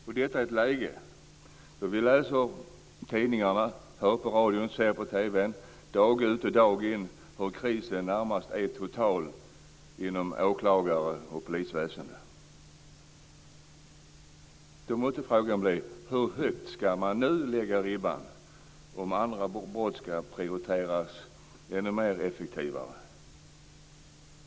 Detta är nu i ett läge då vi läser i tidningarna, hör på radion och ser på TV, dag ut och dag in, hur krisen närmast är total inom åklagar och polisväsendet. Hur högt ska man nu lägga ribban, om andra brott ska prioriteras ännu mer effektivt?